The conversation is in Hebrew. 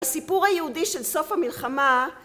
הסיפור היהודי של סוף המלחמה